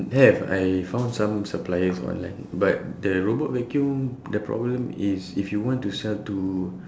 have I found some suppliers online but the robot vacuum the problem is if you want to sell to